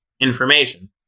Information